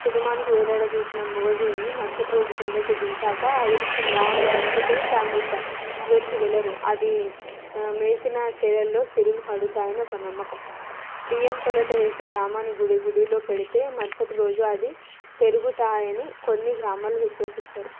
సిడిమానుకు వేలాడదీసిన మూగజీవిని మరుసటి రోజు కిందకి దింపాక అదృష్టం బాగుండి బ్రతికితే దాన్ని ఇంకా జోలికి వెళ్ళరు అది మేసిన చేలులో సిరులు పడుతాయని ఒక నమ్మకం బియ్యం కొలత వేసి గ్రామానికి గుడి గుడిలో పెడితే మరుసటి రోజు అది పెరుగుతాయని కొన్ని గ్రామాలు విశ్వసిస్తారు